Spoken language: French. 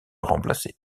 remplacer